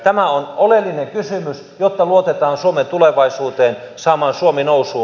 tämä on oleellinen kysymys jotta luotetaan suomen tulevaisuuteen saamaan suomi nousuun